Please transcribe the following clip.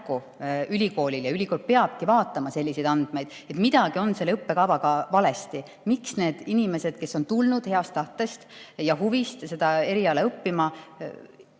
märku – ja ülikool peabki vaatama selliseid andmeid –, et midagi on selle õppekavaga valesti. Miks need inimesed, kes on tulnud heast tahtest ja huvist seda eriala õppima,